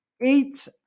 eight